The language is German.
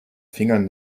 fingern